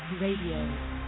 Radio